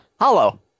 Hollow